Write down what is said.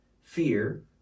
fear